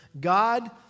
God